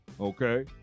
Okay